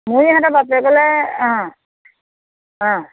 মোৰ ইহঁতৰ বাপেকলৈ অ